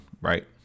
right